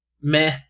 meh